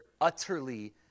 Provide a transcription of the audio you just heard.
utterly